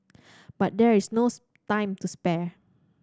but there is no time to spare